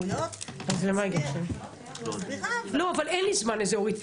אבל אין לי זמן לזה אורית,